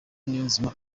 niyonzima